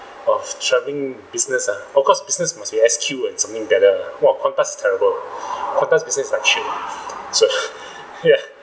of travelling business uh of course business must be S_Q and something better !wah! Quantas is terrible Quantas business is like shit uh so ya